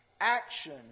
action